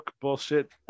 bullshit